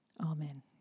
Amen